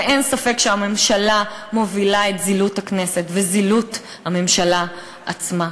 ואין ספק שהממשלה מובילה את זילות הכנסת וזילות הממשלה עצמה,